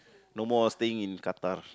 no more staying in Qatar